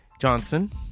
Johnson